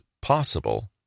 possible